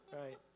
right